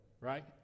right